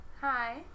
Hi